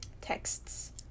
Texts